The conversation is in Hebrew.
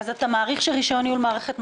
מתי אתה מעריך שיינתן רישיון ניהול מערכת?